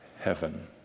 heaven